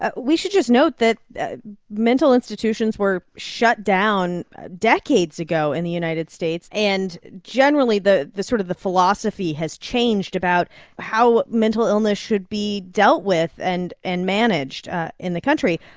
ah we should just note that mental institutions were shut down decades ago in the united states. and generally, the the sort of the philosophy has changed about how mental illness should be dealt with and and managed in the country.